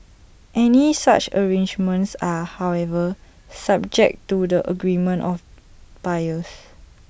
any such arrangements are however subject to the agreement of buyers